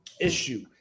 issue